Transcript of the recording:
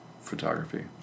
photography